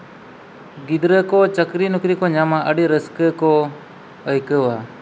ᱜᱤᱫᱽᱨᱟᱹ ᱠᱚ ᱪᱟᱹᱠᱨᱤ ᱱᱚᱠᱨᱤ ᱠᱚ ᱧᱟᱢᱟ ᱟᱹᱰᱤ ᱨᱟᱹᱥᱠᱟᱹ ᱠᱚ ᱟᱹᱭᱠᱟᱹᱣᱟ